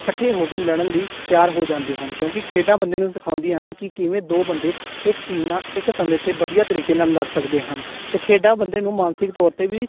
ਇਕੱਠੇ ਹੋ ਕੇ ਲੜਨ ਲਈ ਤਿਆਰ ਹੋ ਜਾਂਦੇ ਹਨ ਕਿਉਂਕਿ ਖੇਡਾਂ ਬੰਦੇ ਨੂੰ ਸਿਖਾਉਂਦੀਆਂ ਹਨ ਕਿ ਕਿਵੇਂ ਦੋ ਬੰਦੇ ਇੱਕ ਚੀਜ਼ ਨਾਲ ਇੱਕ ਸਮੇਂ 'ਤੇ ਵਧੀਆ ਤਰੀਕੇ ਨਾਲ ਲੜ ਸਕਦੇ ਹਨ ਅਤੇ ਖੇਡਾਂ ਬੰਦੇ ਨੂੰ ਮਾਨਸਿਕ ਤੌਰ 'ਤੇ ਵੀ